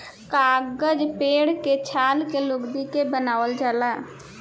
कागज पेड़ के छाल के लुगदी के बनावल जाला